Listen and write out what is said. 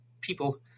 people